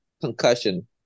concussion